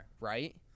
right